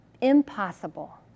impossible